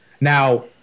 Now